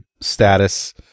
Status